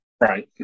Right